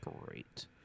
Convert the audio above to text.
Great